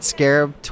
Scarab